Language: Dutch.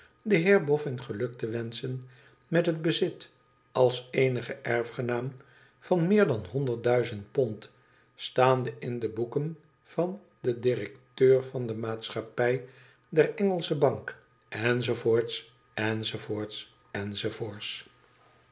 den heer boffin geluk te wenschen met het bezit als eenige erfgenaam van meer dan honderd duizend pond staande in de boeken van den directeur van de maatschappij der engelsche bank